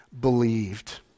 believed